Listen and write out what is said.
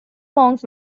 monks